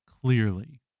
clearly